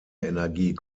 energie